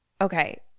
Okay